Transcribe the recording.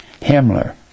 Himmler